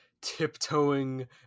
tiptoeing